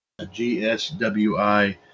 GSWI